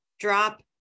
drop